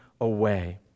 away